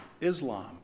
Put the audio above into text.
Islam